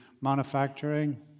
manufacturing